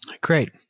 Great